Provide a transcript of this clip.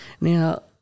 Now